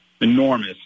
enormous